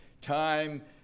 Time